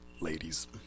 ladies